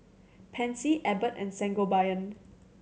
Pansy Abbott and Sangobion